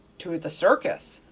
to the circus,